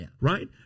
right